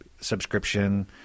subscription